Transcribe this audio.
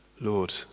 Lord